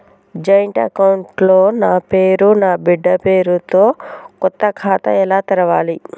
Joint account లో నా పేరు నా బిడ్డే పేరు తో కొత్త ఖాతా ఎలా తెరవాలి?